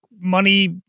money